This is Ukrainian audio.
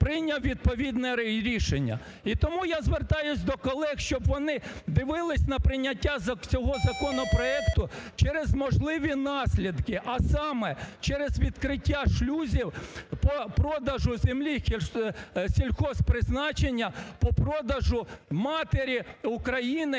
прийняв відповідне рішення. І тому я звертаюсь до колег, щоб вони дивились на прийняття цього законопроекту через можливі наслідки, а саме через відкриття шлюзів по продажу землі сільхозпризначення, по продажу матері-України,